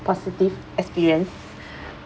positive experience